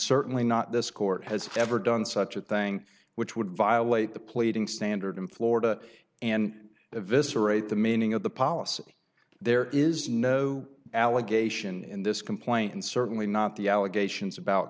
certainly not this court has ever done such a thing which would violate the pleading standard in florida and the visitor ate the meaning of the policy there is no allegation in this complaint and certainly not the allegations about